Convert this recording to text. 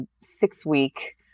six-week